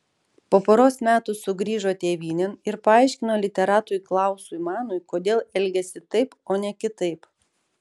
po poros metų sugrįžo tėvynėn ir paaiškino literatui klausui manui kodėl elgėsi taip o ne kitaip